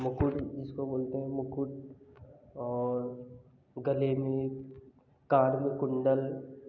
मुकुट जिसको बोलते हैं मुकुट और गले में कान में कुंडल